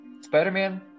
Spider-Man